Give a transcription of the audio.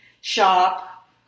shop